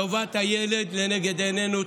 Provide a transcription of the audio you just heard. טובת הילד לנגד עינינו,